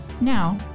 Now